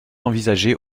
envisagés